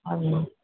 आम्